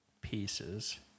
pieces